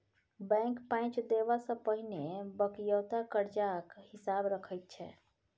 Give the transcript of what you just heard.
bank पैंच देबा सँ पहिने बकिऔता करजाक हिसाब देखैत छै